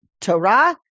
Torah